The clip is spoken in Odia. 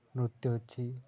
ନୃତ୍ୟ ଅଛି